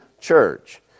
church